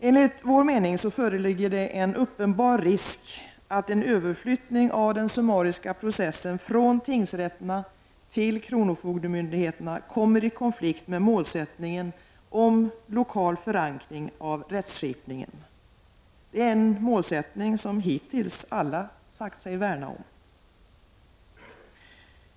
Enligt vår mening föreligger det en uppenbar risk att en överflyttning av den summariska processen från tingsrätterna till kronofogdemyndigheterna kommer i konflikt med målsättningen om lokal förankring av rättsskipningen, en målsättning som hitintills alla sagt sig värna om.